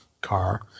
car